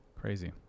Crazy